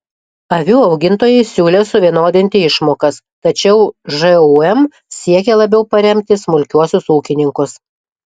avių augintojai siūlė suvienodinti išmokas tačiau žūm siekė labiau paremti smulkiuosius ūkininkus